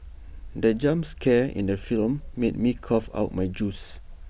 the jump scare in the film made me cough out my juice